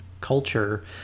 culture